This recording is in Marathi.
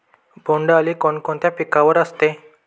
बोंडअळी कोणकोणत्या पिकावर असते?